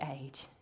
age